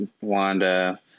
wanda